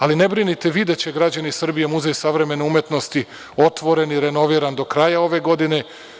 Ali, ne brinite videće građani Srbije Muzej savremen umetnosti otvoren i renoviran do kraja ove godine.